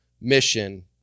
mission